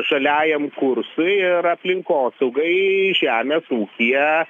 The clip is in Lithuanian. žaliajam kursui ir aplinkosaugai žemės ūkyje